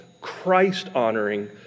Christ-honoring